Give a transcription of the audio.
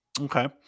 Okay